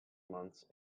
months